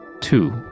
two